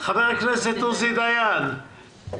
חבר הכנסת עוזי דיין,